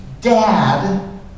Dad